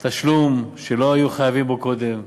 תשלום שלא היו חייבים בו קודם,